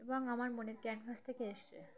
এবং আমার মনের ক্যানভাস থেকে এসেছে